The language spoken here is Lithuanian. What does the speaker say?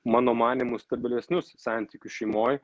mano manymu stabilesnius santykius šeimoj